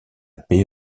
paix